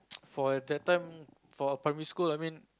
for that time for primary school I mean